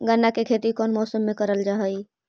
गन्ना के खेती कोउन मौसम मे करल जा हई?